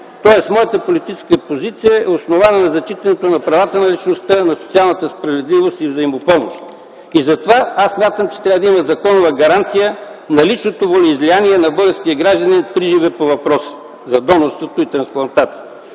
моята политическа позиция е основана на зачитането на правата на личността, на социалната справедливост и взаимопомощ. Смятам, че затова трябва да има законова гаранция на личното волеизлияние на българския гражданин приживе по въпроса за донорството и за трансплантацията.